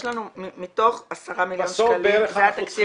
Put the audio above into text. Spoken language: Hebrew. יש לנו מתוך 10 מיליארד שקלים זה התקציב